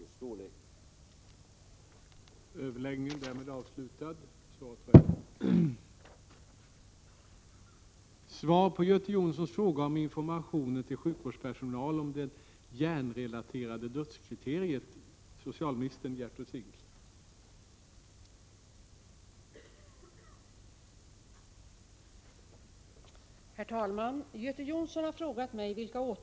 Omhinförmation till